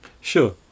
sure